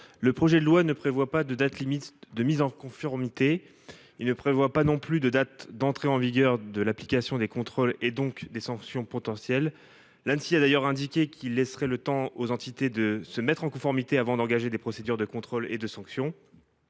Le projet de loi ne prévoit pas de date limite de mise en conformité, pas plus que de date d’entrée en vigueur des contrôles, donc des sanctions potentielles. L’Anssi a indiqué qu’elle laisserait le temps aux entités de se mettre en conformité avant d’engager les procédures de contrôle et de sanction.